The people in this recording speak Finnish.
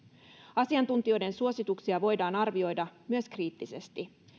asiantuntijoiden suosituksia voidaan arvioida myös kriittisesti